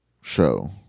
show